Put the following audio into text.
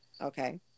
Okay